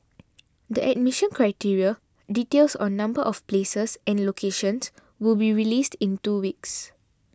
the admission criteria details on number of places and locations will be released in two weeks